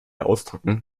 ausdrücken